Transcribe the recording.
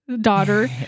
daughter